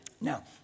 Now